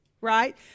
right